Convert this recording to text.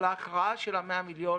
אבל ההכרעה של ה-100 מיליון,